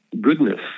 goodness